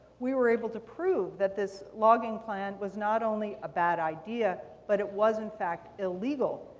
we were able to prove that this logging plan was not only a bad idea but it was in fact illegal.